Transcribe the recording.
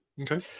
Okay